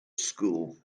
school